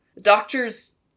doctors